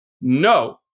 No